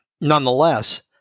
nonetheless